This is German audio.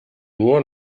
nur